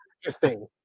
interesting